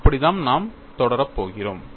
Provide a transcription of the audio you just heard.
அப்படித்தான் நாம் தொடரப் போகிறோம்